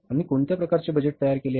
आम्ही कोणत्या प्रकारचे बजेट तयार केले